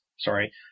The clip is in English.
sorry